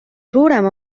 suurem